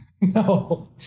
No